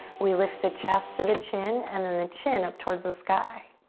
we lift the chest to the chin and then the chin up towards the sky.